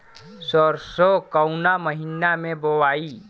सरसो काउना महीना मे बोआई?